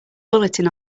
bulletin